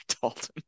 Dalton